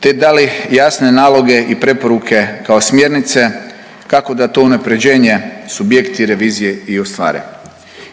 te dali jasne naloge i preporuke kao smjernice kako da to unapređenje subjekti revizije i ostvare.